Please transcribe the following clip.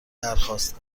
درخواست